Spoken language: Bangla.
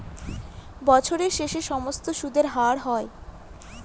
বছরের শেষে সমস্ত সুদের হার হয়